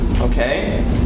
Okay